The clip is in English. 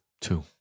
Two